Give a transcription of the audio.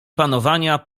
panowania